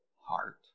heart